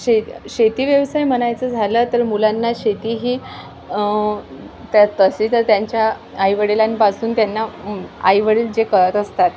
शे शेती व्यवसाय म्हणायचं झालं तर मुलांना शेतीही त्या तसे तर त्यांच्या आईवडिलांपासून त्यांना आईवडील जे करत असतात